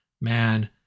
Man